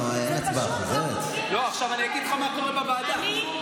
אני אגיד לך מה קורה בוועדה,